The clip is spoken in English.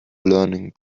learning